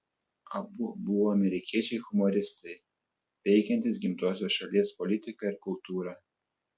abu buvo amerikiečiai humoristai peikiantys gimtosios šalies politiką ir kultūrą